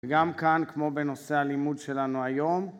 וגם כאן, כמו בנושא הלימוד שלנו היום,